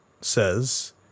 says